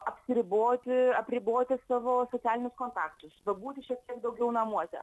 apsiriboti apriboti savo socialinius kontaktus pabūti šiek tiek daugiau namuose